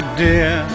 dear